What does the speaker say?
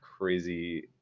crazy